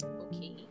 okay